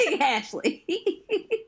Ashley